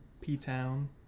P-Town